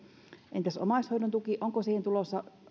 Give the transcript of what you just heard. entäs omaishoidon tuki onko omaishoidon tukeen tulossa